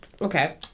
Okay